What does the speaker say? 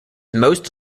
most